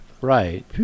Right